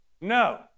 No